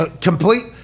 Complete